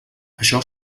això